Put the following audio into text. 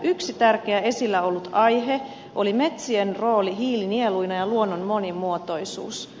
yksi tärkeä esillä ollut aihe oli metsien rooli hiilinieluina ja luonnon monimuotoisuus